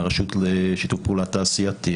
הרשות לשיתוף פעולה תעשייתי,